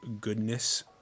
goodness